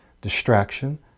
distraction